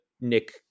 nick